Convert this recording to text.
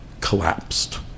collapsed